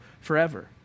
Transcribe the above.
forever